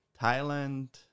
Thailand